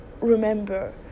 remember